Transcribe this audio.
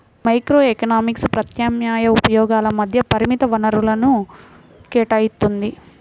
microeconomics ప్రత్యామ్నాయ ఉపయోగాల మధ్య పరిమిత వనరులను కేటాయిత్తుంది